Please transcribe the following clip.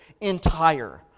entire